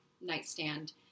nightstand